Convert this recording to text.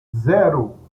zero